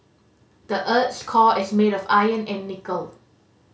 the earth's core is made of iron and nickel